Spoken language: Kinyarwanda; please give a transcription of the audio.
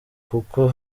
kuko